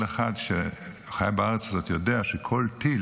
כל אחד שחי בארץ הזאת יודע שכל טיל